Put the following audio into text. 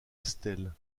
estelle